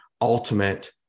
ultimate